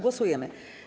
Głosujemy.